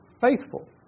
faithful